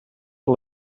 que